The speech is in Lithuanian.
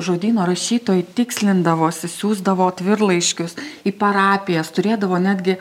žodyno rašytojai tikslindavosi siųsdavo atvirlaiškius į parapijas turėdavo netgi